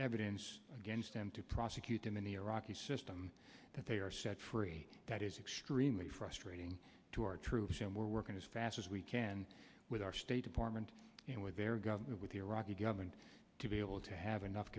evidence against them to prosecute them in iraq the system that they are set free that is extremely frustrating to our troops and we're working as fast as we can with our state department and with the with the iraqi government to be able to have enough